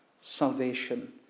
salvation